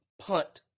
punt